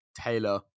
Taylor